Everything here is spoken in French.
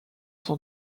son